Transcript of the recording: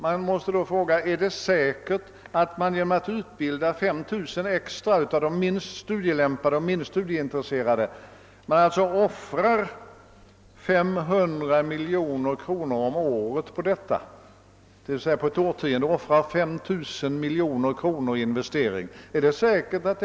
Är det då säkert att det är en klok investering att utbilda ytterligare 5 000 av de minst studielämpade och minst studieintresserade, något som <alltså skulle innebära att man offrar 500 miljoner kronor om året eller 5 000 miljoner under ett årtionde?